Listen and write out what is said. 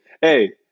Hey-